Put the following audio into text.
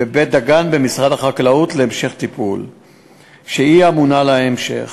בבית-דגן במשרד החקלאות, שהיא אמונה על ההמשך.